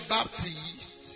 Baptist